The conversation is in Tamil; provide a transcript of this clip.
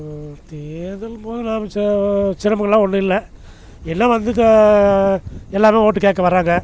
தேர்தல்போது நாம் ச சிரமங்கள்லாம் ஒன்றும் இல்லை எல்லாம் வந்து எல்லோரும் ஓட்டு கேட்க வர்றாங்க